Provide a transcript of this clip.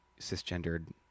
cisgendered